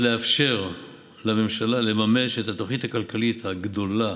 לאפשר לממשלה לממש את התוכנית הכלכלית הגדולה